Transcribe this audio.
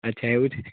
અચ્છા એવું છે